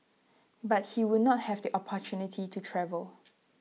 but he would not have the opportunity to travel